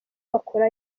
bakora